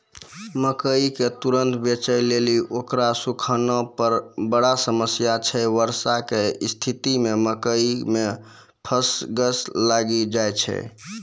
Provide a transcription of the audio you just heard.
मकई के तुरन्त बेचे लेली उकरा सुखाना बड़ा समस्या छैय वर्षा के स्तिथि मे मकई मे फंगस लागि जाय छैय?